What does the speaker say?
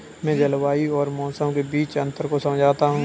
मैं जलवायु और मौसम के बीच अंतर को समझता हूं